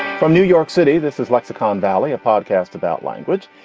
from new york city, this is lexicon valley, a podcast about language.